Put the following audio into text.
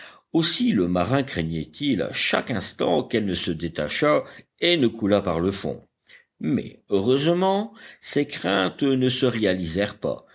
aussi le marin craignait-il à chaque instant qu'elle ne se détachât et ne coulât par le fond mais heureusement ses craintes ne se réalisèrent pas